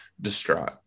distraught